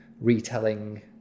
retelling